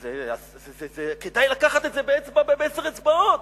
אז כדאי לקחת את זה בעשר אצבעות.